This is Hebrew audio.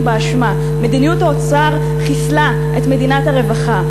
באשמה: מדיניות האוצר חיסלה את מדינת הרווחה,